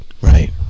Right